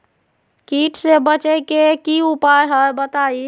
कीट से बचे के की उपाय हैं बताई?